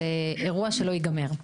זה אירוע שלא ייגמר.